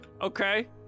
Okay